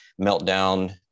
meltdown